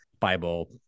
Bible